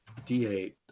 D8